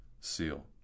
seal